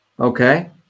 Okay